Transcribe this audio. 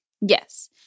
Yes